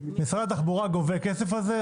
משרד התחבורה גובה כסף על זה,